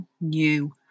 new